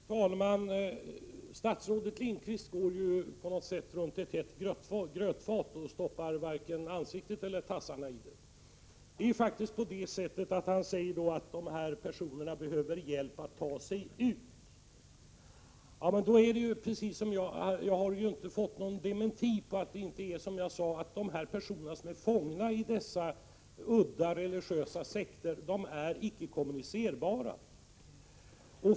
Fru talman! Statsrådet Lindqvist går på något sätt runt ett hett grötfat och stoppar varken ansiktet eller tassarna i det. Han säger att de här personerna behöver hjälp att ta sig ut. Ja, men då har jag ju inte fått någon dementi på att det är som jag sade, att de personer som är fångna i dessa udda religiösa sekter icke är kommunicerbara.